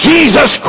Jesus